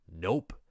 nope